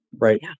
right